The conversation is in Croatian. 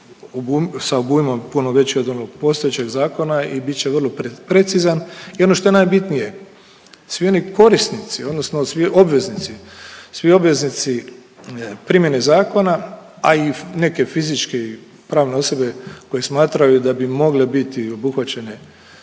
sa obujmom puno veći od onog postojećeg zakona i bit će vrlo precizan. I ono što je najbitnije svi oni korisnici odnosno svi obveznici, svi obveznici primjene zakona, a i neke fizičke i pravne osobe koje smatraju da bi mogle biti obuhvaćene